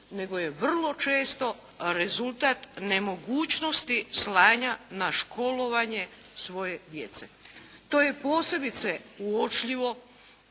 nego je vrlo često rezultat nemogućnosti slanja na školovanje svoje djece. To je posebice uočljivo